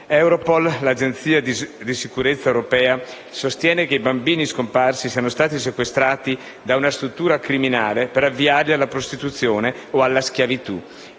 Europol, l'agenzia di sicurezza europea, sostiene che i bambini scomparsi siano stati sequestrati da una struttura criminale per avviarli alla prostituzione o alla schiavitù.